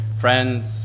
friends